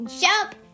jump